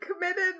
committed